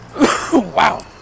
Wow